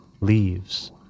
leaves